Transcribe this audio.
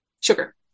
sugar